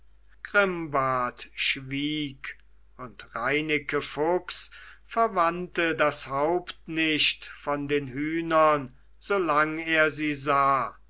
grimbart schwieg und reineke fuchs verwandte das haupt nicht von den hühnern solang er sie sah